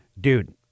dude